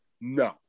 No